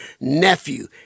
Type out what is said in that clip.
nephew